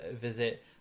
visit